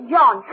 John